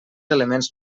elements